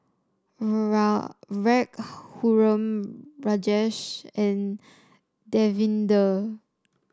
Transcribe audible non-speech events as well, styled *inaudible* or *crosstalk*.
*unintelligible* Raghuram Rajesh and Davinder